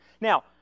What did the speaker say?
Now